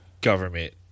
government